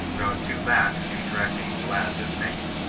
grown too lax in correcting the lad just named,